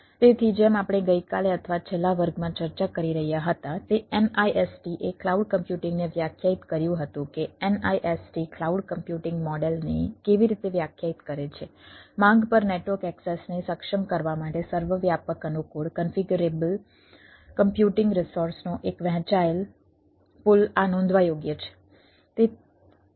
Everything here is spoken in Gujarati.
તેથી જેમ આપણે ગઈકાલે અથવા છેલ્લા વર્ગમાં ચર્ચા કરી રહ્યા હતા તે NIST એ ક્લાઉડ કમ્પ્યુટિંગને વ્યાખ્યાયિત કર્યું હતું કે NIST ક્લાઉડ કમ્પ્યુટિંગ મોડેલ આ નોંધવા યોગ્ય છે